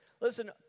Listen